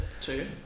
Two